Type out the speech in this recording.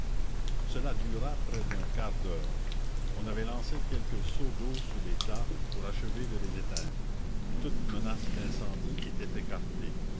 cela dura près d'un quart d'heure on avait lancé quelques seaux d'eau sur les tas pour achever de les éteindre toute menace d'incendie était écartée